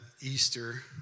Easter